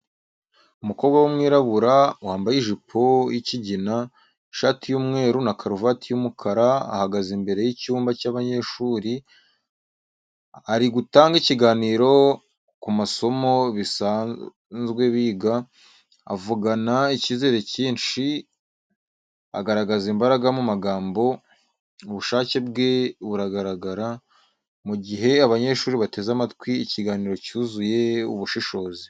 Umukobwa w’umwirabura wambaye ijipo y'ikigina, ishati y’umweru na karuvati y’umukara ahagaze imbere y’icyumba cy’abanyeshuri, ari gutanga ikiganiro ku masomo bisanzwe biga, avugana ikizere cyinshi, agaragaza imbaraga mu magambo, ubushake bwe buragaragara, mu gihe abanyeshuri bateze amatwi ikiganiro cyuzuye ubushishozi.